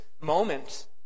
moment